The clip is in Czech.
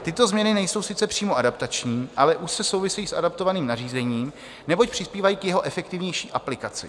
Tyto změny nejsou sice přímo adaptační, ale úzce souvisejí s adaptovaným nařízením, neboť přispívají k jeho efektivnější aplikaci.